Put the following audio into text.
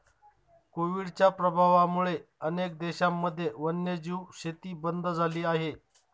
कोविडच्या प्रभावामुळे अनेक देशांमध्ये वन्यजीव शेती बंद झाली आहे